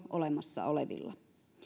olemassa olevilla